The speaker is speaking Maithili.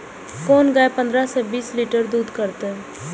कोन गाय पंद्रह से बीस लीटर दूध करते?